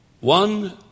one